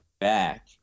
back